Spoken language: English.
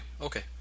okay